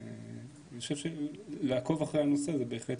ואני חושב שלעקוב אחרי הנושא זה בהחלט